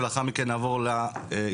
ולאחר מכן נעבור להתאחדות.